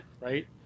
Right